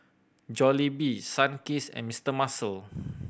Jollibee Sunkist and Mister Muscle